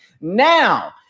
Now